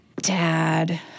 Dad